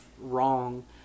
wrong